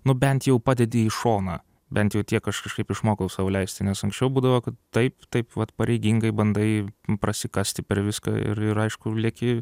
nu bent jau padedi į šoną bent jau tiek aš kažkaip išmokau sau leisti nes anksčiau būdavo kad taip taip vat pareigingai bandai prasikasti per viską ir ir aišku lieki